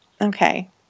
Okay